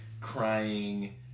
crying